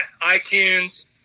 itunes